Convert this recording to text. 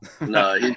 No